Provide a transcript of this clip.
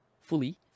fully